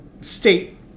state